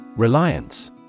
Reliance